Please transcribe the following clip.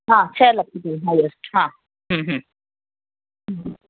हा छ्ह लख जे हेठि हा ह्म्म ह्म्म